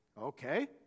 Okay